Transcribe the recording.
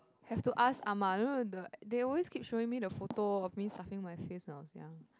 have to ask Ah-Ma you know the they always keep showing me the photo of me sulking my face when I was young